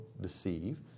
deceive